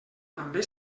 també